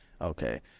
Okay